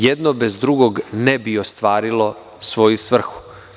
Jedno bez drugog ne bi ostvarilo svoju svrhu.